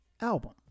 album